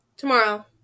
tomorrow